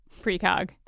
precog